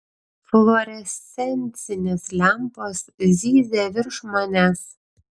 fluorescencinės lempos zyzia virš manęs